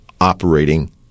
operating